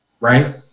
right